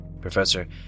Professor